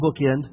bookend